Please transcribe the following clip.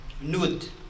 Nude